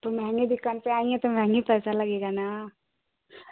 तो महंगे दुकान पर आई हें तो महंगा पैसा लगेगा न